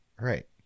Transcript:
right